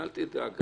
אל תדאג,